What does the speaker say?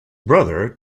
brother